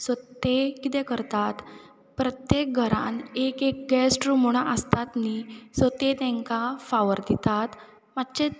so ते कितें करतात प्रत्येक घरान एक एक गेस्ट रूम म्हुणोन आसतात न्ही सो ते तेंकां फावर दितात